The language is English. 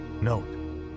Note